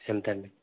ఎంతండి